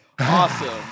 Awesome